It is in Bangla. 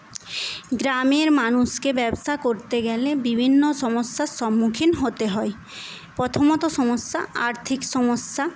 গ্রামের মানুষকে ব্যবসা করতে গেলে বিভিন্ন সমস্যার সম্মুখীন হতে হয় প্রথমত সমস্যা আর্থিক সমস্যা